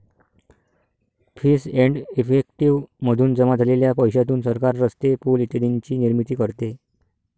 fees and effective मधून जमा झालेल्या पैशातून सरकार रस्ते, पूल इत्यादींची निर्मिती करते